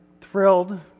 thrilled